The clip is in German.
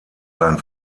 sein